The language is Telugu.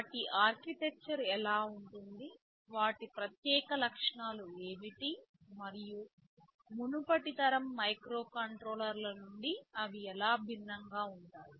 వాటి ఆర్కిటెక్చర్ ఎలా ఉంటుంది వాటి ప్రత్యేక లక్షణాలు ఏమిటి మరియు మునుపటి తరం మైక్రోకంట్రోలర్ల నుండి అవి ఎలా భిన్నంగా ఉంటాయి